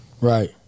Right